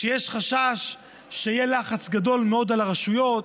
שיש חשש שיהיה לחץ גדול מאוד על הרשויות,